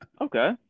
Okay